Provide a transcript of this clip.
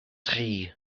tri